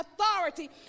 authority